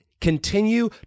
continue